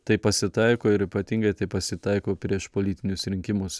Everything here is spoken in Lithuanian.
tai pasitaiko ir ypatingai tai pasitaiko prieš politinius rinkimus